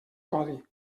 codi